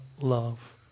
love